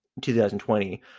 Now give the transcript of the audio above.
2020